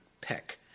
peck